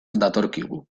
datorkigu